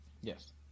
Yes